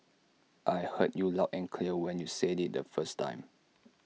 I heard you loud and clear when you said IT the first time